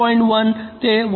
1 ते 1